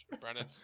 Brennan